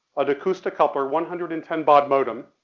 a decoustacoupler one hundred and ten baud modem,